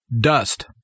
dust